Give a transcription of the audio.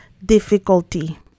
difficulty